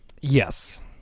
Yes